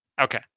Okay